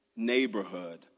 Neighborhood